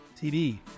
TV